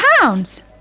pounds